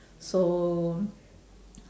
so